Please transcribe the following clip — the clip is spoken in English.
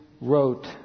wrote